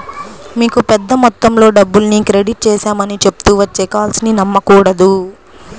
మీకు పెద్ద మొత్తంలో డబ్బుల్ని క్రెడిట్ చేశామని చెప్తూ వచ్చే కాల్స్ ని నమ్మకూడదు